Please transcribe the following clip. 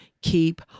keep